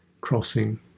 crossing